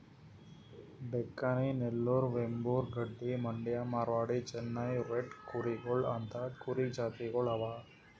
Deccani, Nellore, Vembur, Gaddi, Mandya, Marwari, Chennai red ಕೂರಿಗೊಳ್ ಅಂತಾ ಕುರಿ ಜಾತಿಗೊಳ್ ಅವಾ